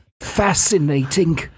Fascinating